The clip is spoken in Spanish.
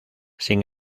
sin